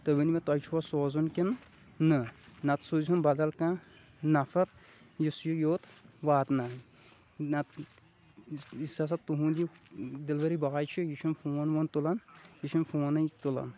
تُہۍ ؤنِو مےٚ تۄہِہ چھُوَ سوزُن کِنہٕ نہٕ نَتہٕ سوٗزہُن بَدَل کانٛہہ نَفر یُس یہِ یوٚت واتنایہِ نَتہٕ یُس ہَسا تُہُنٛد یہِ ڈیٚلؤری باے چھُ یہِ چھُنہٕ فون وون تُلان یہِ چھُنہٕ فونٕے تُلان